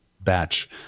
batch